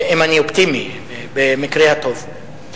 אם אני אופטימי, במקרה הטוב.